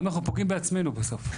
אנחנו פוגעים בעצמנו בסוף.